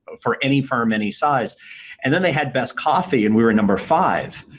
for any firm, any size and then they had best coffee and we were number five.